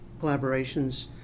collaborations